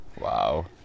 Wow